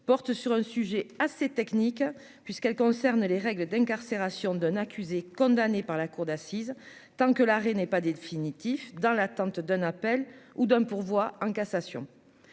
porte sur un sujet assez technique, puisqu'elle concerne les règles d'incarcération d'un accusé condamné par la cour d'assises, tant que l'arrêt n'est pas définitif, dans l'attente d'un appel ou d'un pourvoi en cassation,